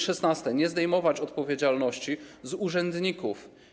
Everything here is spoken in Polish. Szesnaste - nie zdejmować odpowiedzialności z urzędników.